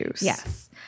Yes